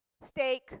Steak